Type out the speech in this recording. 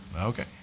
Okay